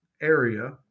area